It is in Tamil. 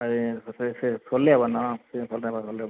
அது ஸ் ஸ் சே சே சொல்லியா இன்னும் சரி சொல்கிறேன்பா சொல்கிறேன்பா